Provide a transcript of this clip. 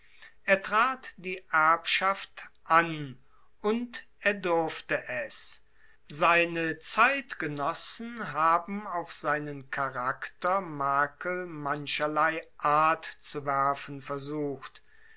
er trat die erbschaft an und er durfte es seine zeitgenossen haben auf seinen charakter makel mancherlei art zu werfen versucht